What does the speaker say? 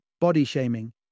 body-shaming